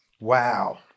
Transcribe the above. Wow